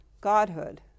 godhood